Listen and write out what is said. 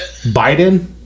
Biden